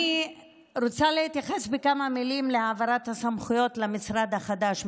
אני רוצה להתייחס בכמה מילים להעברת הסמכויות למשרד החדש,